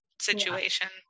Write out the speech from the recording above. situation